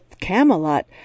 Camelot